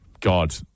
God